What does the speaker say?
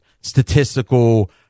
statistical